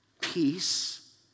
peace